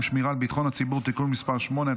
שמירה על ביטחון הציבור (תיקון מס' 8),